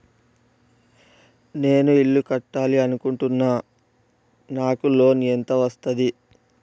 నేను ఇల్లు కట్టాలి అనుకుంటున్నా? నాకు లోన్ ఎంత వస్తది?